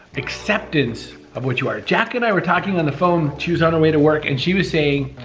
acceptance of what you are. jack and i were talking on the phone. she was on her way to work and she was saying,